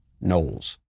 Knowles